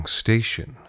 station